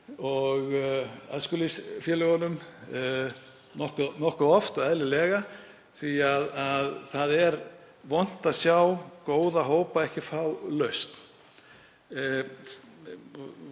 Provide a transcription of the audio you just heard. og æskulýðsfélögunum nokkuð oft, eðlilega, því að það er vont að sjá góða hópa fá enga lausn.